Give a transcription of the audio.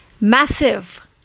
massive